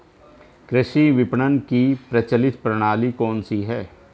कृषि विपणन की प्रचलित प्रणाली कौन सी है?